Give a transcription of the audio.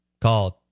called